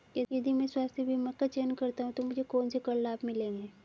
यदि मैं स्वास्थ्य बीमा का चयन करता हूँ तो मुझे कौन से कर लाभ मिलेंगे?